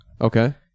Okay